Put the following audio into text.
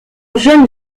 jeune